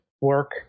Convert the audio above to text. work